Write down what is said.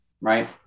right